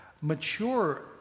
mature